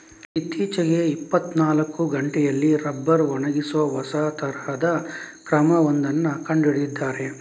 ಇತ್ತೀಚೆಗೆ ಇಪ್ಪತ್ತನಾಲ್ಕು ಗಂಟೆಯಲ್ಲಿ ರಬ್ಬರ್ ಒಣಗಿಸುವ ಹೊಸ ತರದ ಕ್ರಮ ಒಂದನ್ನ ಕಂಡು ಹಿಡಿದಿದ್ದಾರೆ